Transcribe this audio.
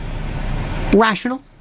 Rational